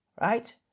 right